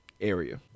area